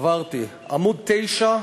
עברתי: עמוד 9,